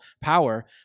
power